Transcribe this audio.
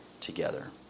together